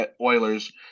Oilers